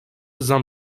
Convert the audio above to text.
zam